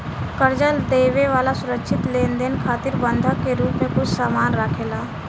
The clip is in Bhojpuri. कर्जा देवे वाला सुरक्षित लेनदेन खातिर बंधक के रूप में कुछ सामान राखेला